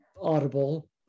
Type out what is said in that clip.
Audible